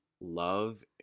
love